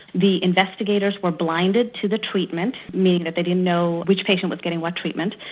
the investigators were blinded to the treatment, meaning that they didn't know which patient was getting what treatment,